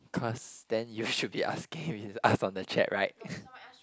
cause then you should be asking if it's ask on the chat right